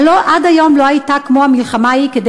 הלוא עד היום לא הייתה כמו המלחמה ההיא כדי